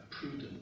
prudent